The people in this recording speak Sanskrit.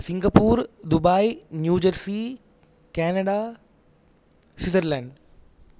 Singapore Dubai New Jersey Canada Switzerland